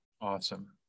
Awesome